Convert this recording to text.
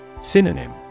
Synonym